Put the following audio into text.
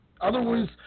otherwise